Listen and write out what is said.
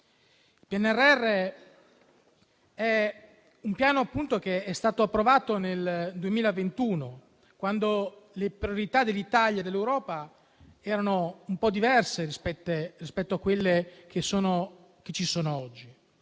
Il PNRR è stato approvato nel 2021, quando le priorità dell'Italia e dell'Europa erano un po' diverse rispetto a quelle che ci sono oggi.